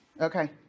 Okay